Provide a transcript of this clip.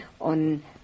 on